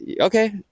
okay